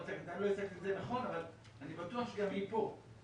אני בטוח שגם היא פה.